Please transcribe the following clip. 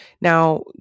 Now